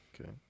okay